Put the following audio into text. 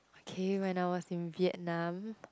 k when I was in Vietnam